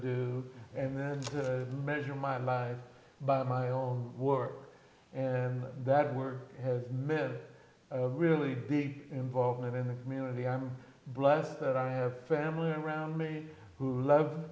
do and then measure my life by my own work and that were has men really big involvement in the community i'm blessed that i have family around me who love